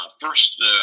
First